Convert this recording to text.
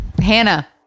Hannah